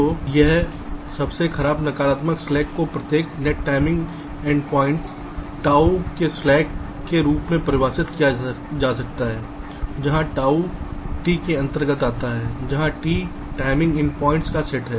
तो यह सबसे खराब नकारात्मक स्लैक को प्रत्येक नेट टाइमिंग एंडपॉइंट्स 𝓣 के स्लैक के रूप में परिभाषित किया जा सकता है जहां 𝓣 T के अंतर्गत आता है जहां T टाइमिंग एंडपॉइंट्स का सेट है